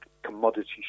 commodity